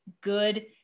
good